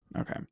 Okay